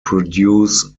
produce